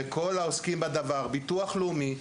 ביטוח לאומי,